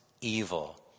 evil